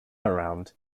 around